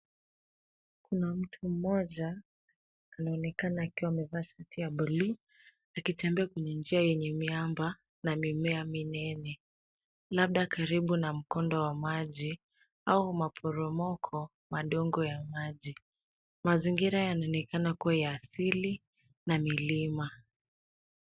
Kuna mtu mmoja anaonekana akiwa amevaa suti ya buluu akitembea kwenye njia yenye miamba na mimea minene labda karibu na mkondo wa maji au maporomoko madogo ya maji. Mazingira yanaonekana kuwa ya asili na milima.